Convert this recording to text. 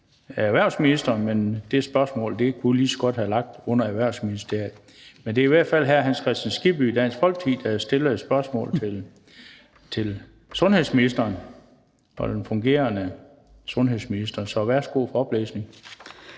af sundhedsministeren, og det spørgsmål kunne lige så godt have ligget under Erhvervsministeriet. Men det er i hvert fald hr. Hans Kristian Skibby, Dansk Folkeparti, der stiller et spørgsmål til sundhedsministeren, som her er repræsenteret af erhvervsministeren. Kl. 15:50 Spm. nr.